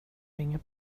ringer